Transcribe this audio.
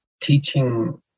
teaching